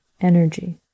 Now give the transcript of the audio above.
energy